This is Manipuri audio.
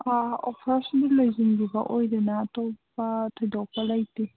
ꯑꯣꯐꯔꯁꯤꯡꯁꯨ ꯂꯣꯏꯁꯤꯟꯈꯤꯕ ꯑꯣꯏꯗꯅ ꯑꯇꯣꯞꯄ ꯊꯣꯏꯗꯣꯛꯄ ꯂꯩꯌꯦ